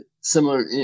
similar